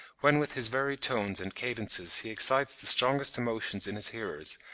when with his varied tones and cadences he excites the strongest emotions in his hearers,